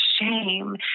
shame